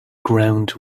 ground